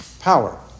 power